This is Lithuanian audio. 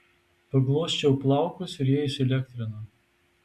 paglosčiau plaukus ir jie įsielektrino